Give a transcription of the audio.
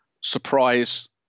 surprise